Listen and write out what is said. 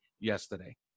yesterday